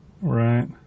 Right